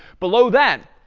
below that,